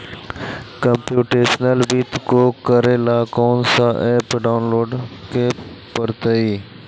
computational वित्त को करे ला कौन स ऐप डाउनलोड के परतई